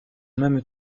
même